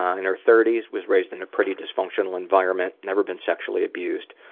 ah in her thirty s, was raised in pretty dysfunctional environment, never been sexually abused.